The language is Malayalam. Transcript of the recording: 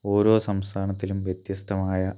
ഓരോ സംസ്ഥാനത്തിലും വ്യത്യസ്തമായ